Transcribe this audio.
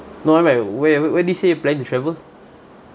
no I mean by at where where did you say you're planning to travel